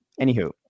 Anywho